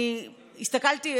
אני הסתכלתי,